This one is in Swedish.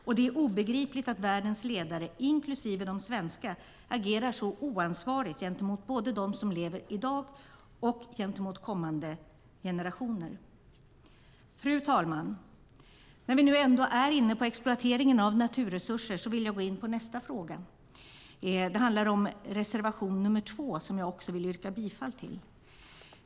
Och det är obegripligt att världens ledare, inklusive de svenska, agerar så oansvarigt gentemot både de som lever i dag och kommande generationer. Fru talman! När vi nu ändå är inne på exploateringen av naturresurser vill jag gå in på nästa fråga. Det handlar om reservation nr 2, som jag också vill yrka bifall till.